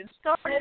started